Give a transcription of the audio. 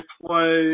play –